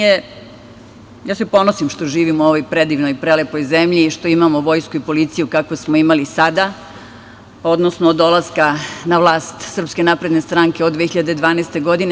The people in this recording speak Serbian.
Ja se ponosim što živim u ovoj predivnoj, prelepoj zemlji i što imamo vojsku i policiju kakvu smo imali sada, odnosno od dolaska na vlast SNS od 2012. godine.